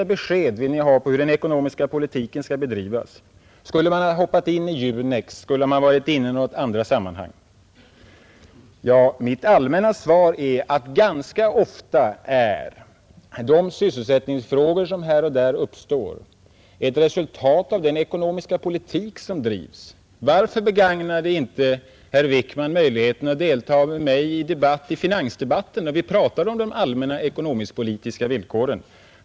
Ni vill ha konkreta besked om hur den ekonomiska politiken skall bedrivas. Skulle staten ha hoppat in i Junex eller andra sammanhang? frågade industriministern. Mitt allmänna svar är att de sysselsättningsfrågor som här och där uppstår ganska ofta är ett resultat av den ekonomiska politik som drivs. Varför begagnade inte herr Wickman möjligheten att delta med mig i finansdebatten när vi talade om de allmänna ekonomisk-politiska villkoren?